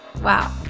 wow